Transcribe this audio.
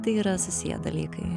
tai yra susiję dalykai